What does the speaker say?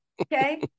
Okay